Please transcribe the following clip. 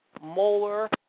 molar